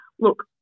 look